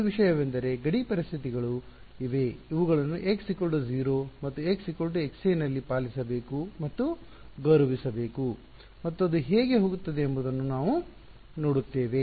ಒಂದು ವಿಷಯವೆಂದರೆ ಗಡಿ ಪರಿಸ್ಥಿತಿಗಳು ಇವೆ ಅವುಗಳನ್ನು x 0 ಮತ್ತು x xa ನಲ್ಲಿ ಪಾಲಿಸಬೇಕು ಮತ್ತು ಗೌರವಿಸಬೇಕು ಮತ್ತು ಅದು ಹೇಗೆ ಹೋಗುತ್ತದೆ ಎಂಬುದನ್ನು ನಾವು ನೋಡುತ್ತೇವೆ